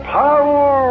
power